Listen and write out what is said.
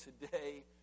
today